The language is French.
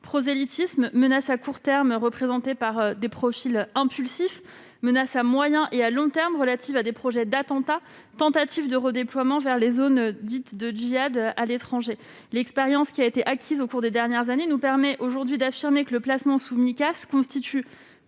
prosélytisme, menaces à court terme représentées par des profils impulsifs, menaces à moyen ou à long terme relatives à des projets d'attentats, tentatives de redéploiement vers les zones dites « de djihad » à l'étranger. L'expérience acquise au cours des dernières années nous permet aujourd'hui d'affirmer que le placement sous Micas constitue